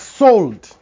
sold